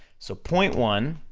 so, point one,